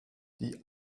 die